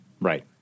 right